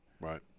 Right